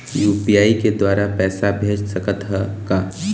UPI के द्वारा पैसा भेज सकत ह का?